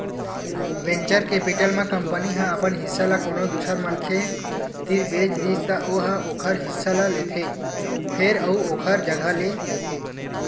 venture capital म company ह अपन हिस्सा ल कोनो दूसर मनखे तीर बेच दिस त ओ ह ओखर हिस्सा ल लेथे फेर अउ ओखर जघा ले लेथे